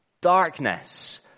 darkness